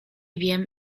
wiem